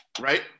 Right